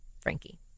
Frankie